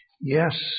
Yes